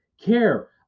care